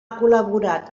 col·laborat